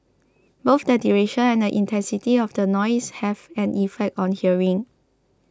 both the duration and the intensity of the noise have an effect on hearing